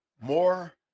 More